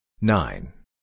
Nine